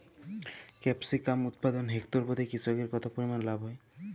Capsicum উৎপাদনে hectare প্রতি কৃষকের কত পরিমান লাভ হয়?